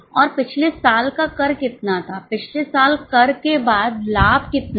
और पिछले साल का कर कितना था पिछले साल कर के बाद लाभ कितना था